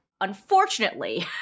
Unfortunately